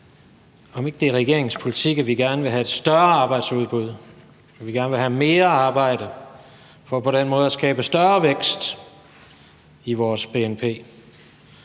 om ikke det er regeringens politik, at vi gerne vil have et større arbejdsudbud, at vi gerne vil have mere arbejde for på den måde at skabe større vækst i vores bnp,